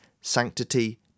sanctity